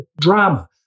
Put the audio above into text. drama